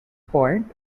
point